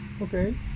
Okay